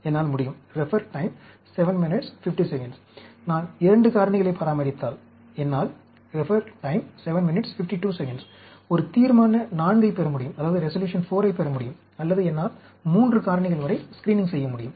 என்னால் முடியும் நான் 2 காரணிகளைப் பராமரித்தால் என்னால் ஒரு தீர்மான IV ஐப் பெற முடியும் அல்லது என்னால் 3 காரணிகள் வரை ஸ்க்ரீனிங் செய்ய முடியும்